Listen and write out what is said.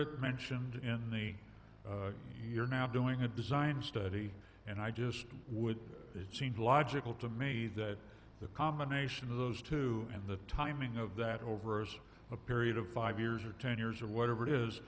that mentioned in the you're now doing a design study and i just would it seemed logical to me that the combination of those two and the timing of that over a period of five years or ten years or whatever it is